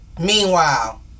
meanwhile